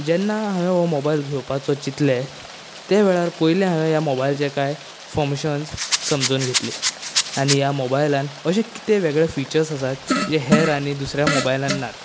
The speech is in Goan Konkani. जेन्ना हांवेन हो मोबायल घेवपाचो चिंतले ते वेळार पयलें हांवेन ह्या मोबायलचें कांय फोमेशन्स समजून घेतली आनी ह्या मोबायलांत अशें कितें वेगळें फिचर्स आसात जे हेर आनी दुसऱ्या मोबायलांत नात